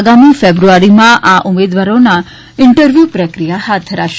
આગામી ફેબ્રુઆરીમાં આ ઉમેદવારોના ઇન્ટરવ્યૂ પ્રક્રિયા હાથ ધરાશે